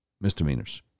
misdemeanors